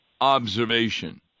observation